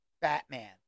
Batman